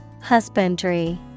Husbandry